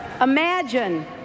imagine